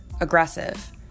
aggressive